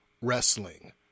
wrestling